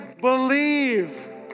believe